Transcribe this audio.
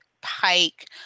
pike